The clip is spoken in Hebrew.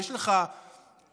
יש לך הוכחות,